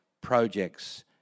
projects